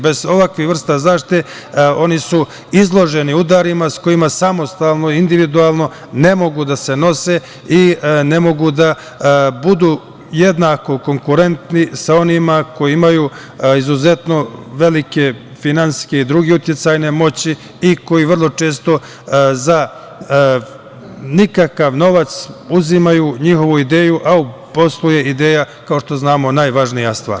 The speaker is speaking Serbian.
Bez ovakvih vrsta zaštite, oni su izloženi udarima, sa kojima samostalno, individualno ne mogu da se nose i ne mogu da budu jednako konkurentni sa onima koji imaju izuzetno velike finansijske i druge uticajne moći i koji vrlo često za nikakav novac uzimaju njihovu ideju, a u poslu je ideja, kao što znamo, najvažnija stvar.